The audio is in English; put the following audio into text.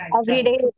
everyday